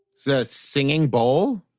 so singing bowl?